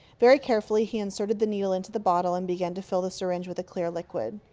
very carefully he inserted the needle into the bottle and began to fill the syringe with a clear liquid.